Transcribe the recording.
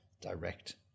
direct